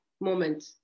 moment